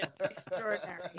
Extraordinary